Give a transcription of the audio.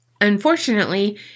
Unfortunately